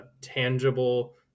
tangible